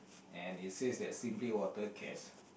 and it says that simply water case